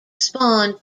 spawned